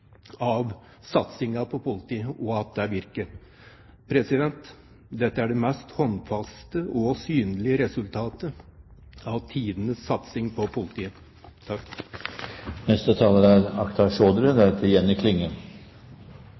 av satsingen på politiet og at det virker. Dette er det mest håndfaste og synlige resultatet av «tidenes satsing på politiet». La meg begynne med å si at det er